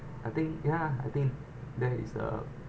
I think ya I think that is a